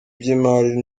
by’imari